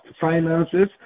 finances